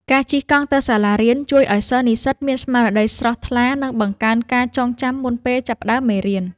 ការជិះកង់ទៅសាលារៀន ជួយឱ្យសិស្សនិស្សិតមានស្មារតីស្រស់ថ្លា និងបង្កើនការចងចាំមុនពេលចាប់ផ្ដើមមេរៀន។